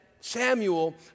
Samuel